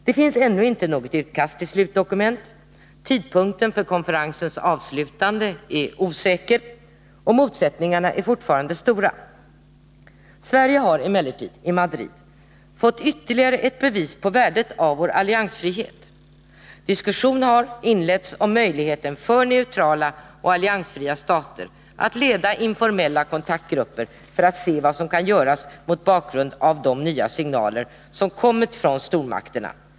Det finns ännu inte något utkast till slutdokument, tidpunkten för konferensens avslutande är osäker och motsättningarna är fortfarande stora. Sverige har emellertid i Madrid fått ytterligare ett bevis på värdet av vårt lands alliansfrihet. Diskussion har inletts om möjligheten för neutrala och alliansfria stater att leda informella kontaktgrupper för att se vad som kan göras mot bakgrund av de nya signaler som kommit från stormakterna.